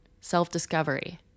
self-discovery